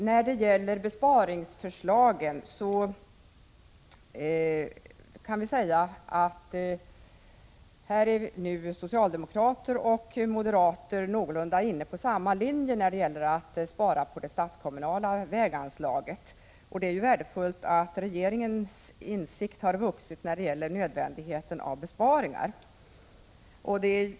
Socialdemokrater och moderater är nu inne på någorlunda samma linje när det gäller att spara på det stats-kommunala väganslaget. Det är värdefullt att regeringen nått insikt om nödvändigheten av besparingar.